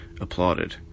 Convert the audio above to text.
applauded